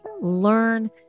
learn